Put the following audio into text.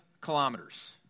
kilometers